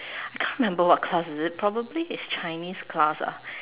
can't remember what class is it probably is Chinese class ah